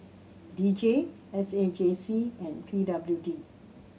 D J S A J C and P W D